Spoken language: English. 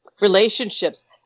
relationships